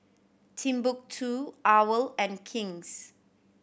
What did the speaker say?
Timbuk Two owl and King's